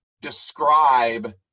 describe